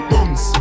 Booms